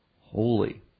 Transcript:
holy